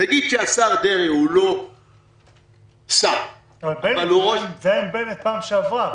נגיד שהשר דרעי הוא לא שר --- זה היה עם בנט בפעם שעברה.